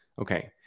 Okay